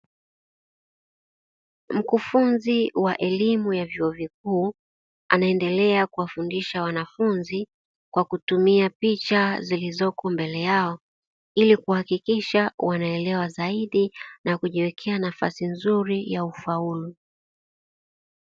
Mkufunzi wa elimu ya vyuo vikuu, anaendelea kuwafundisha wanafunzi, kwa kutumia picha zilizoko mbele yao, ili kuhakikisha wanaelewa zaidi na kujiwekea nafasi nzuri ya ufaulu.